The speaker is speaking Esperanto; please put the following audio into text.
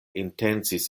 intencis